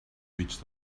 reached